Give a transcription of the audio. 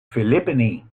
philippine